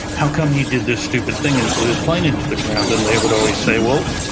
how come he did this stupid thing and flew his plane into the ground? and they would always say, well,